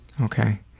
Okay